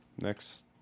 next